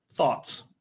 Thoughts